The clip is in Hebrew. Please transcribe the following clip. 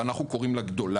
אבל אנחנו קוראים לה גדולה,